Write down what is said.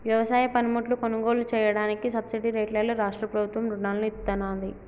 వ్యవసాయ పనిముట్లు కొనుగోలు చెయ్యడానికి సబ్సిడీ రేట్లలో రాష్ట్ర ప్రభుత్వం రుణాలను ఇత్తన్నాది